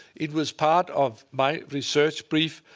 it was part of my research brief.